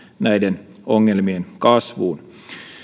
näiden ongelmien kasvuun